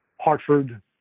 Hartford